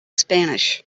spanish